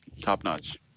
top-notch